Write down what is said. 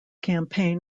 campaign